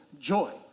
joy